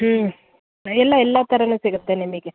ಹ್ಞೂ ಎಲ್ಲ ಎಲ್ಲ ಥರನು ಸಿಗುತ್ತೆ ನಿಮಗೆ